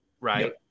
right